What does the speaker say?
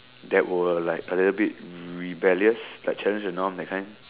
that will like a little bit rebellious like challenge the norm that kind